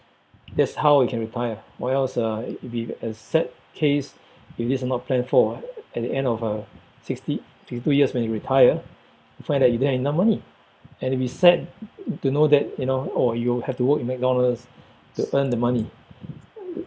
that's how you can retire or else uh it'll be a sad case if this is not planed for ah at the end of uh sixty sixty two years when you retire find that you don't have enough money and it'll be sad to know that you know oh you have to work in McDonald's to earn the money